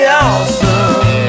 awesome